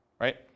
right